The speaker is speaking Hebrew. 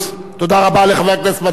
תודה רבה לחבר הכנסת מג'אדלה.